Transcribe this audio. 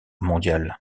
mondiale